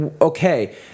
Okay